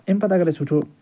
اَمہِ پتہٕ اگر أسۍ وُچھو